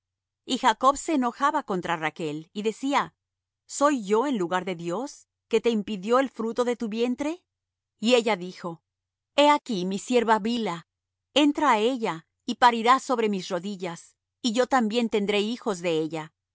y jacob se enojaba contra rachl y decía soy yo en lugar de dios que te impidió el fruto de tu vientre y ella dijo he aquí mi sierva bilha entra á ella y parirá sobre mis rodillas y yo también tendré hijos de ella